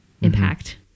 impact